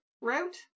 route